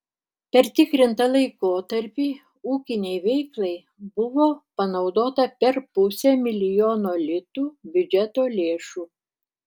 per tikrintą laikotarpį ūkinei veiklai buvo panaudota per pusę milijono litų biudžeto lėšų